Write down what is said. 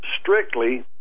strictly